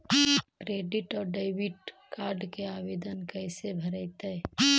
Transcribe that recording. Credit और debit card के आवेदन कैसे भरैतैय?